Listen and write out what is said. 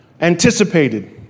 anticipated